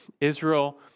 Israel